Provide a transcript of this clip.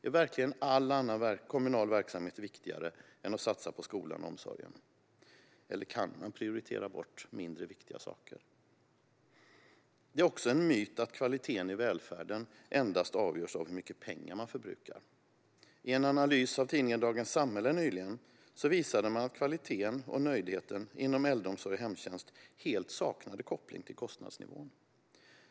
Är verkligen all annan kommunal verksamhet viktigare att satsa på än skolan och omsorgen, eller kan man prioritera bort mindre viktiga saker? Det är också en myt att kvaliteten i välfärden endast avgörs av hur mycket pengar man förbrukar. I en analys av tidningen Dagens Samhälle visade man nyligen att kvaliteten och nöjdheten inom äldreomsorg och hemtjänst helt saknade koppling till kostnadsnivån.